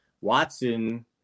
Watson